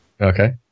Okay